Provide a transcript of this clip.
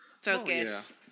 focus